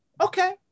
okay